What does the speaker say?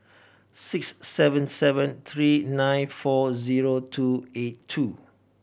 six seven seven three nine four zero two eight two